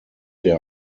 der